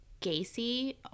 Gacy